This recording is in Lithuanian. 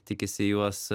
tikisi juos